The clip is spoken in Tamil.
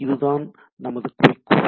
இதுதான் நமது குறிக்கோள்